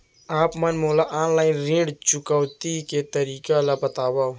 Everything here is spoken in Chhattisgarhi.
आप मन मोला ऑनलाइन ऋण चुकौती के तरीका ल बतावव?